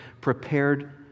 prepared